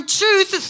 truth